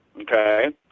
okay